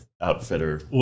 outfitter